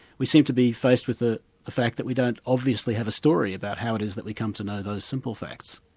we seem to be faced with the fact that we don't obviously have a story about how it is that we come to know those simple facts.